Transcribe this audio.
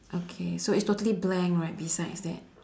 okay so it's totally blank right besides that